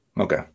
Okay